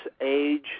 age